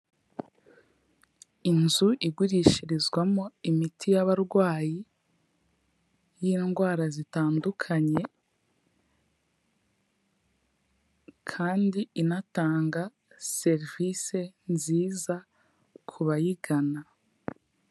Inzu igurishirizwamo imiti y'abarwayi y'indwara zitandukanye kandi inatanga serivise nziza ku bayigana.